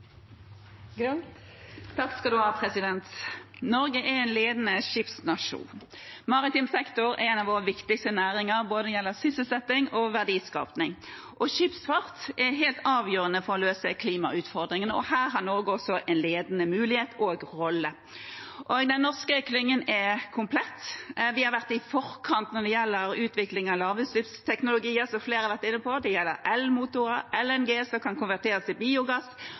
en ledende skipsnasjon. Maritim sektor er en av våre viktigste næringer, både når det gjelder sysselsetting og verdiskaping. Skipsfart er helt avgjørende for å løse klimautfordringene, og her har Norge også en ledende rolle og mulighet. Den norske klyngen er komplett. Vi har vært i forkant når det gjelder utvikling av lavutslippsteknologi, som flere har vært inne på. Det gjelder el-motorer, LNG, som kan konverteres til biogass,